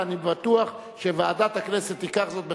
ואני בטוח שוועדת הכנסת תיקח זאת בחשבון.